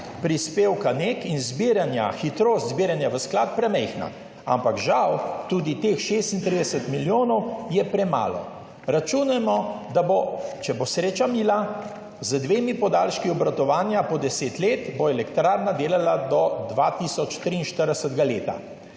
prispevka NEK in hitrost zbiranja v sklad premajhna. Ampak je žal tudi teh 36 milijonov premalo. Računamo, da bo, če bo sreča mila, z dvema podaljškoma obratovanja po 10 let elektrarna delala do leta